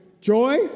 Joy